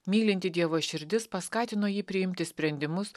mylinti dievo širdis paskatino jį priimti sprendimus